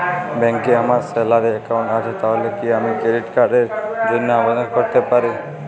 ব্যাংকে আমার salary account আছে তাহলে কি আমি ক্রেডিট কার্ড র জন্য আবেদন করতে পারি?